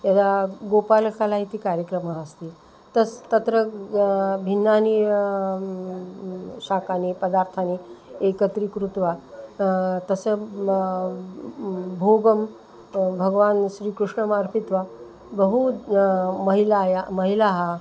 यदा गोपालकला इति कार्यक्रमः अस्ति तस्य तत्र भिन्नानि शाकानि पदार्थान् एकत्री कृत्वा तस्य भोगं भगवते श्रीकृष्णाय अर्पयित्वा बह्व्यः महिलाः महिलाः